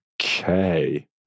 Okay